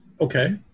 Okay